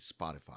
Spotify